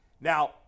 Now